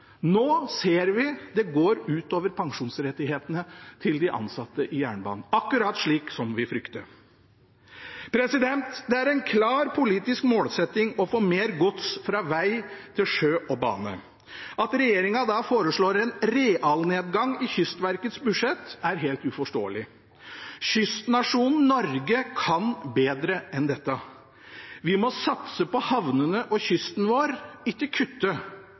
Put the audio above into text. Nå ser vi det går ut over pensjonsrettighetene til de ansatte i jernbanen – akkurat slik vi fryktet. Det er en klar politisk målsetting å få mer gods fra veg til sjø og bane. At regjeringen da foreslår en realnedgang i Kystverkets budsjett, er helt uforståelig. Kystnasjonen Norge kan bedre enn dette. Vi må satse på havnene våre og kysten vår – ikke kutte.